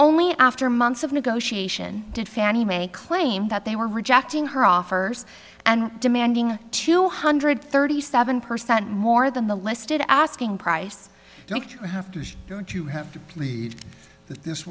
only after months of negotiation did fannie mae claim that they were rejecting her offers and demanding two hundred thirty seven percent more than the listed asking price don't you have to do it you have to plead that this